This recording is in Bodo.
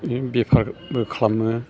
बिदिनो बेफारबो खालामो